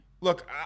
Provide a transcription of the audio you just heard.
look